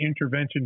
intervention